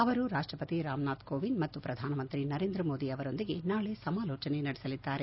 ಅವರು ರಾಷ್ವಪತಿ ರಾಮನಾಥ್ ಕೋವಿಂದ್ ಮತ್ತು ಪ್ರಧಾನಮಂತ್ರಿ ನರೇಂದ್ರ ಮೋದಿ ಅವರೊಂದಿಗೆ ನಾಳೆ ಸಮಾಲೋಚನೆ ನಡೆಸಲಿದ್ದಾರೆ